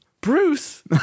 Bruce